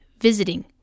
visiting